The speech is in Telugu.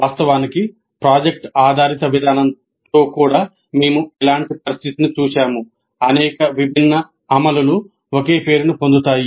వాస్తవానికి ప్రాజెక్ట్ ఆధారిత విధానంతో కూడా మేము ఇలాంటి పరిస్థితిని చూశాము అనేక విభిన్న అమలులు ఒకే పేరును పొందుతాయి